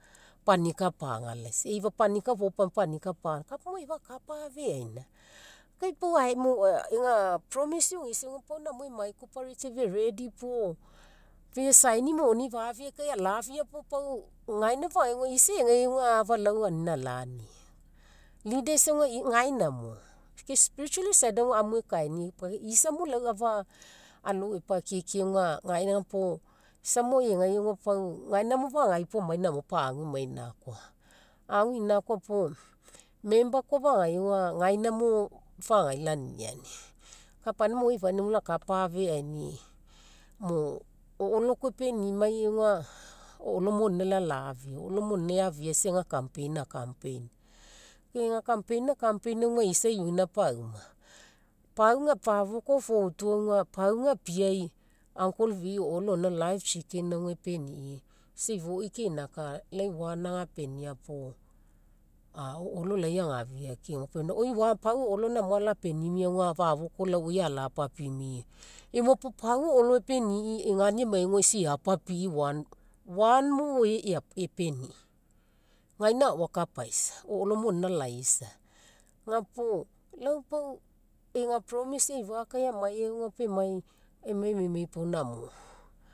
Panika apagalaisa eifa panika fopagalaisa, panika apagalaisa. Kapa maoai eifa akapa afeaina kai pau ega promise eogeisa aga pau namo emai e'ready puo fe saini moni fafia kai alafia puo pau gaina fagagai isa egai aga lau anina alani. Leaders aga gaina mo, ke spiritually side aga amu ekainiau pau isa mo lau afa alou epakiekie aga gaina puo isa mo egai aga pau gaina mo fagagai pau amai pau agu emai pau inakoa. Agu emai inakoa, agu inakoa puo member koa fagagai aga gaina mo fagagai laniniani. Kapaina maoi eifania aga lakapa afeainii mo o'olo koa epeniamii aga, o'olo monina laii alaafia. O'olo monina isa eafia isa ega campaign a'campaign. Ke ega campaign a'campaign aga isa iona pauma. Pau aga fafoko voutu aga pau gapiai uncle vi'i o'olo gaina live chicken epenii. Ifoi keinaka laii one agapenia o'olo laii agafia keoma puo. pau o'olo namo alapenimii aga fafoko oi ala papimii. Efua pau o'olo epenii egani amagai aga isa eapapii one, one mo epenii. Gaina ao akapaisa, o'olo monina alaiisa. Ga puo lau pau ega promise eifa kai amai aga pau emai emai emaimai pau namo.